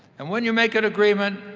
and when you make an agreement,